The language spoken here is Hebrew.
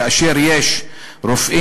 כאשר יש רופאים,